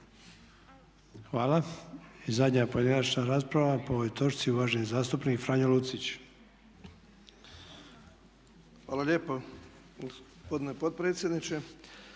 Hvala. I zadnja pojedinačna rasprava po ovoj točci uvaženi zastupnik Franjo Lucić. **Lucić, Franjo (HDZ)** Hvala lijepa gospodine potpredsjedniče.